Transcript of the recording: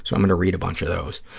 so i'm going to read a bunch of those.